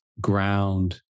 ground